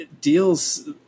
deals